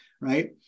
right